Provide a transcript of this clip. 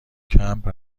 کمپ